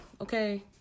okay